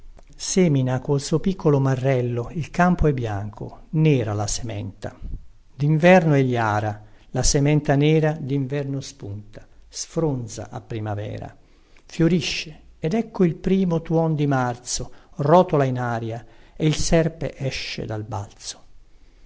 semina col suo piccolo marrello il campo è bianco nera la sementa dinverno egli ara la sementa nera dinverno spunta sfronza a primavera fiorisce ed ecco il primo tuon di marzo rotola in aria e il serpe esce dal balzo